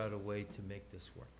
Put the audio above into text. out a way to make this work